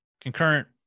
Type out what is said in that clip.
concurrent